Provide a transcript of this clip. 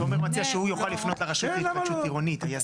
שהוא יוכל לפנות לרשות להתחדשות עירונית.